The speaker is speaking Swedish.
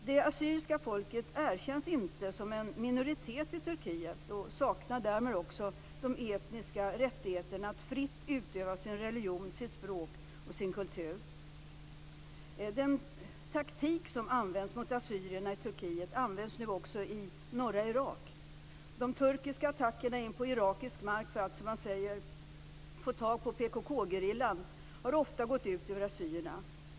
Det assyriska folket erkänns inte som en minoritet i Turkiet och saknar därmed den etniska rättigheten att fritt utöva sin religion, sitt språk och sin kultur. Den taktik som används mot assyrierna i Turkiet används nu också i norra Irak. De turkiska attackerna in på irakisk mark för att, som man säger, få tag på PKK-gerillan har ofta gått ut över assyrierna.